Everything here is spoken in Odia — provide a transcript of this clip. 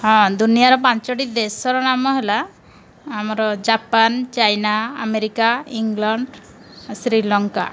ହଁ ଦୁନିଆର ପାଞ୍ଚଟି ଦେଶର ନାମ ହେଲା ଆମର Japan China America England Sri Lanka